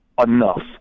enough